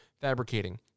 Fabricating